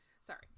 sorry